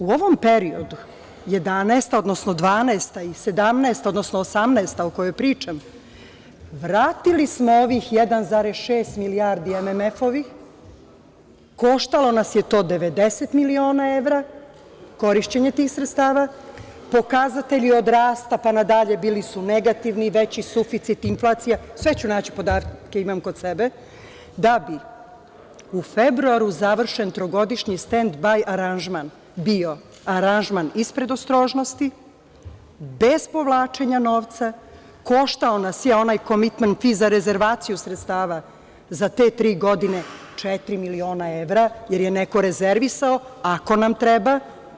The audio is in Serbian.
U ovom periodu, 2011, odnosno 2012. i 2017, odnosno 2018, o kojoj pričam, vratili smo ovih 1,6 milijardi MMF-ovih, koštalo nas je to 90 miliona evra, korišćenje tih sredstava, pokazatelji od rasta pa nadalje bili su negativni, veći suficit, inflacija, sve ću naći podatke, imam kod sebe, da bi u februaru završen trogodišnji stend baj aranžman bio aranžman iz predostrožnosti, bez povlačenja novca, koštao nas je onaj commitment fee za rezervaciju sredstava za te tri godine četiri miliona evra, jer je neko rezervisao, ako nam treba.